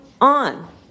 on